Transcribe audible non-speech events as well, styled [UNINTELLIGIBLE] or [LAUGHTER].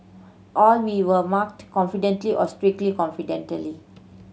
all we were marked [UNINTELLIGIBLE] or strictly [UNINTELLIGIBLE]